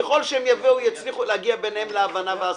ככל שהם יצליחו להגיע ביניהם להבנה ולהסכמה.